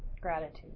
Gratitude